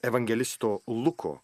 evangelisto luko